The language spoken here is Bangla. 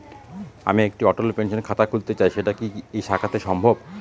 আমি একটি অটল পেনশন খাতা খুলতে চাই সেটা কি এই শাখাতে সম্ভব?